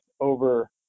over